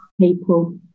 people